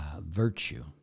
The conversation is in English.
virtue